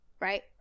right